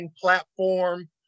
platform